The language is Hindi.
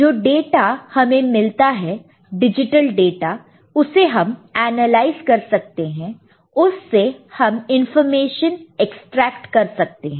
जो डाटा हमें मिलता है डिजिटल डाटा उसे हम एनालाइज कर सकते हैं उससे हम इंफॉर्मेशन एक्सट्रैक्ट कर सकते हैं